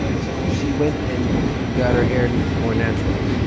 and so if she went and and got her hair and more natural.